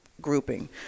grouping